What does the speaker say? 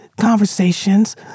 conversations